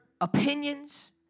opinions